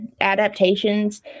adaptations